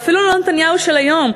ואפילו לא נתניהו של היום,